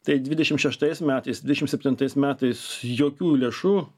tai dvidešimt šeštais metais dvidešimt septintais metais jokių lėšų